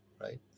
right